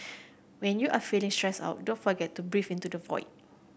when you are feeling stressed out don't forget to breathe into the void